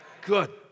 Good